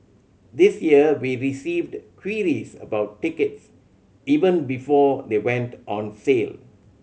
this year we received queries about tickets even before they went on sale